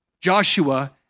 Joshua